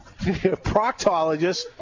Proctologist